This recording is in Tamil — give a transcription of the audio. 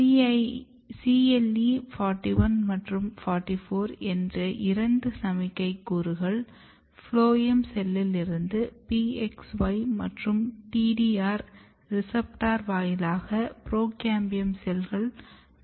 CLE 41 மற்றும் 44 என்ற இரண்டு சமிக்ஞை மூலக்கூறுகள் ஃபுளோயம் செல்லில் இருந்து PXY மற்றும் TDR ரிசெப்டர் வாயிலாக புரோகேம்பியம் செல்கள் பெற்றுக்கொள்கிறது